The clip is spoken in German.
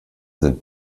sind